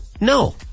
No